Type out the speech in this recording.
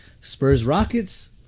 Spurs-Rockets